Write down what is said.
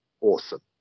awesome